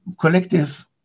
collective